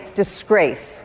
disgrace